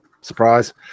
surprise